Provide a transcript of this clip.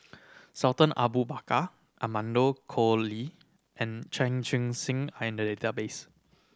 Sultan Abu Bakar Amanda Koe Lee and Chan Chun Sing are in the database